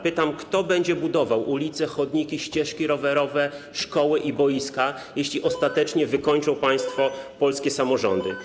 Pytam: Kto będzie budował ulice, chodniki, ścieżki rowerowe, szkoły i boiska, jeśli ostatecznie wykończą państwo polskie samorządy?